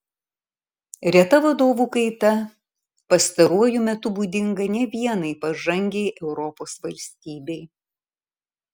reta vadovų kaita pastaruoju metu būdinga ne vienai pažangiai europos valstybei